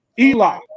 Eli